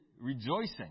rejoicing